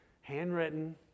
Handwritten